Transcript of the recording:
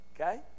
okay